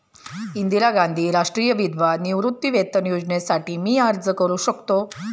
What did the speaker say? इंदिरा गांधी राष्ट्रीय विधवा निवृत्तीवेतन योजनेसाठी मी अर्ज करू शकतो?